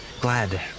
glad